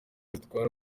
zitwara